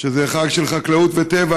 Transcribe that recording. שזה חג של חקלאות וטבע,